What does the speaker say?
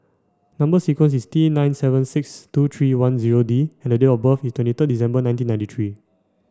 number sequence is T nine seven six two three one zero D and date of birth is twenty third December nineteen ninety three